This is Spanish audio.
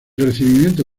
recibimiento